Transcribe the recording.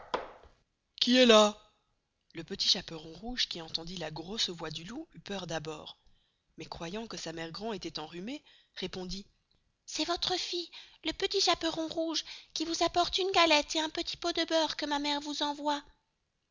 qui est là le petit chaperon rouge qui entendit la grosse voix du loup eut peur d'abord mais croyant que sa mere grand étoit enrhumée répondit c'est vostre fille le petit chaperon rouge qui vous apporte une galette et un petit pot de beurre que ma mere vous envoye